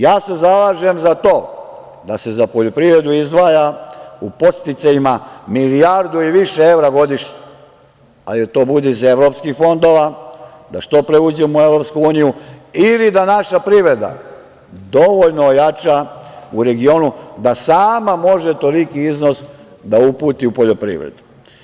Ja se zalažem za to da se za poljoprivredu izdvaja u podsticajima milijardu i više evra godišnje, ali da to bude iz evropskih fondova, da što pre uđemo u EU ili da naša privreda dovoljno ojača u regionu, da sama može toliki iznos da uputi u poljoprivredu.